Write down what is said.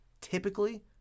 Typically